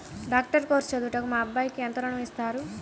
Doctor course చదువుటకు మా అబ్బాయికి ఎంత ఋణం ఇస్తారు?